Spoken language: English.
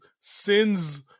Sin's